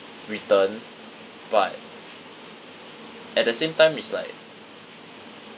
return but at the same time it's like